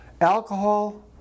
alcohol